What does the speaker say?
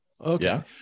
Okay